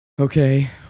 Okay